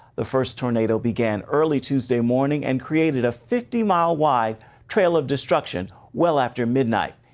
the first tornado began early tuesday morning, and created a fifty mile wide trail of destruction, well after midnight.